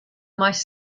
meist